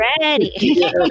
ready